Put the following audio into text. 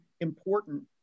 important